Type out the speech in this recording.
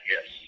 Yes